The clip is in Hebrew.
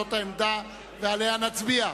זאת העמדה ועליה נצביע.